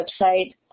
website